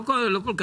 לא,